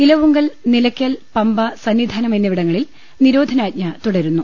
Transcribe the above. Elavunkal Nilakkal Pamba Sannidhanam എന്നിവിടങ്ങളിൽ നിരോധനാജ്ഞ തുടരുന്നു